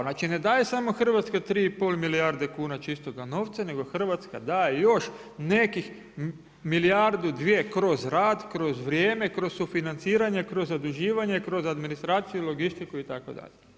Znači, ne daje samo Hrvatska 3 i pol milijardne kuna čistoga novca nego Hrvatska daje još nekih milijardu, dvije kroz rad, kroz vrijeme, kroz sufinanciranje, kroz zaduživanje, kroz administraciju, logistiku itd.